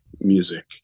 music